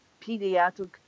pediatric